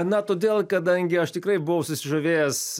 na todėl kadangi aš tikrai buvau susižavėjęs